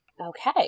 okay